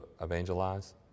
evangelize